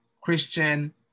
Christian